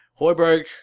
Hoiberg